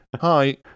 Hi